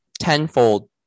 tenfold